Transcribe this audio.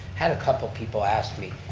had a couple people ask me,